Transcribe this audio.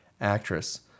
Actress